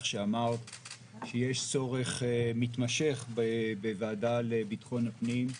שיש צורך מתמשך בוועדה לביטחון הפנים.